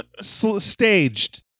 staged